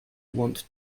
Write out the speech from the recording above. want